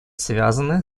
связаны